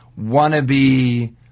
wannabe